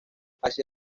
hacia